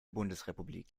bundesrepublik